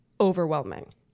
overwhelming